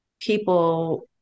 people